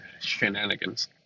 shenanigans